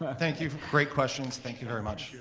ah thank you for great questions. thank you very much.